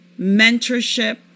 Mentorship